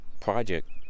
project